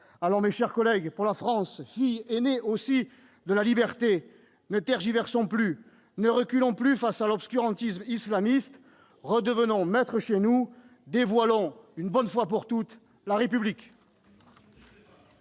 plus française ! Alors, pour la France, fille aînée aussi de la liberté, ne tergiversons plus ! Ne reculons plus face à l'obscurantisme islamiste ! Redevenons maîtres chez nous : dévoilons une bonne fois pour toutes la République